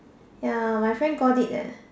ya my friend got it eh